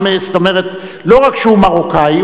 לא רק שהוא מרוקני,